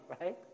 right